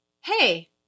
hey